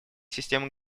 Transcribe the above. системы